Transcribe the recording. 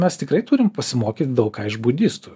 mes tikrai turim pasimokyt daug ką iš budistų